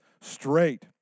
straight